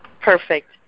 Perfect